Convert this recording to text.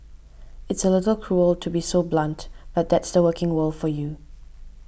it's a little cruel to be so blunt but that's the working world for you